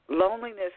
Loneliness